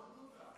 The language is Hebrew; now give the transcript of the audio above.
עזבו אותנו?